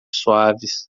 suaves